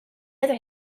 other